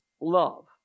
love